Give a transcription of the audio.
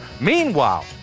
Meanwhile